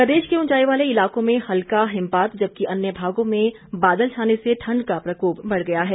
मौसम प्रदेश के उंचाई वाले इलाकों में हल्का हिमपात जबकि अन्य भागों में बादल छाने से ठंड का प्रकोप बढ़ गया है